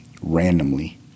randomly